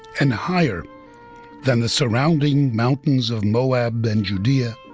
and higher than the surrounding mountains of moab and judea,